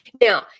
Now